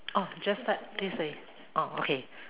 oh just start oh okay